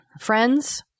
Friends